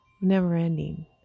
never-ending